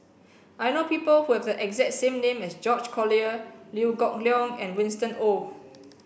I know people who have the exact name as George Collyer Liew Geok Leong and Winston Oh